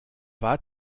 war